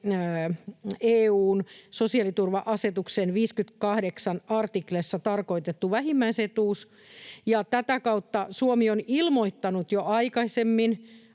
EU:n sosiaaliturva-asetuksen 58 artiklassa tarkoitettu vähimmäisetuus. Ja tätä kautta Suomi on ilmoittanut jo aikoinaan